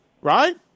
right